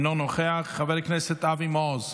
אינו נוכח, חבר הכנסת אבי מעוז,